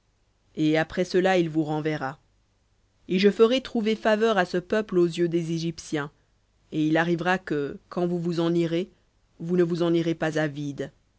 et après cela il vous renverra et je ferai trouver faveur à ce peuple aux yeux des égyptiens et il arrivera que quand vous vous en irez vous ne vous en irez pas à vide